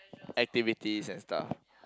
activities and stuff